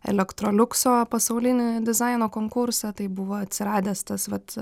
elektroliukso pasaulinį dizaino konkursą tai buvo atsiradęs tas vat